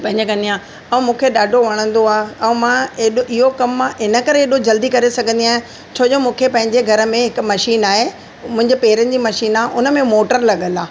पंहिंजे कंदी आहियां ऐं मूंखे ॾाढो वणंदो आहे ऐं मां एॾो इहो कमु मां इन करे एॾो जल्दी करे सघंदी आहियां छोजो मूंखे पंहिंजे घर में हिकु मशीन आहे मुंहिंजे पेरनि जी मशीन आहे उन में मोटर लॻियलु आहे